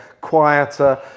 quieter